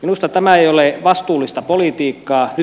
minusta tämä ei ole vastuullista politiikkaa